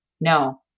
no